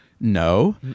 No